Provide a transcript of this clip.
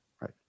Right